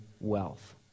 wealth